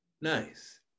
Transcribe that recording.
Nice